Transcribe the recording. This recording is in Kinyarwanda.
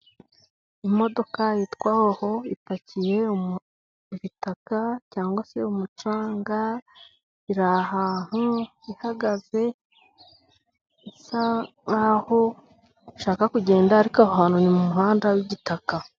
Imodoka yitwa hoho ipakiye ibitaka cyangwa se umucanga. Iri ahantu ihagaze, isa nk'aho ishaka kugenda ariko aho hantu ni mu muhanda w'igitaka.